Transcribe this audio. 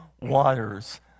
waters